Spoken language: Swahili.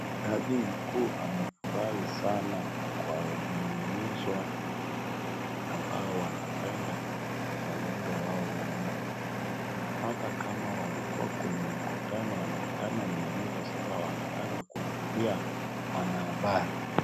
Jaji mkuu amefurahi sana kwa jumuishwa na wengine ambao wanapenda uzalendo wao ya nchi. Tunapata kama walikua kwenye mkutano. Mkutano imeisha sasa wanataka kuhutubia wanahabari.